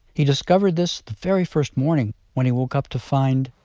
he discovered this the very first morning, when he woke up to find,